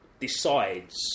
decides